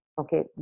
Okay